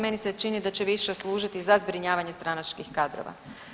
Meni se čini da će više služiti za zbrinjavanje stranačkih kadrova.